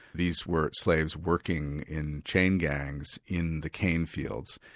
these were slaves working in chain gangs in the cane fields.